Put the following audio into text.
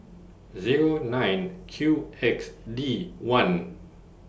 Zero nine Q X D one